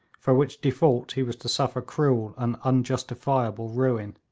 for which default he was to suffer cruel and unjustifiable ruin.